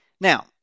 Now